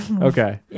Okay